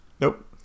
Nope